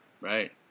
Right